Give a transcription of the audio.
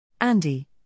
Andy